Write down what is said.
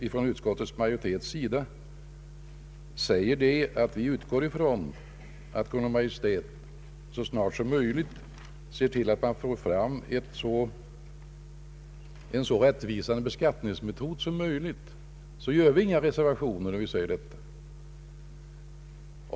När utskottsmajoriteten säger att den utgår ifrån att Kungl. Maj:t så snart som möjligt ser till att det genomförs en så rättvis beskattningsmetod som möjligt, gör den detta utan reservationer.